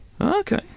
Okay